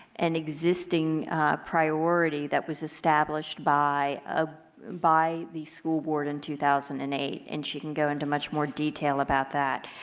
an existing priority that was established by ah by the school board in two thousand and eight and she can go into much more detail about that.